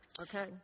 Okay